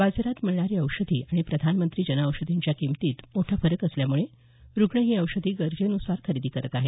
बाजारात मिळणारी औषधी आणि प्रधानमंत्री जनऔषधीच्या किमंतीत मोठा फरक असल्यामुळे रुग्ण ही औषधी गरजेन्सार खरेदी करत आहेत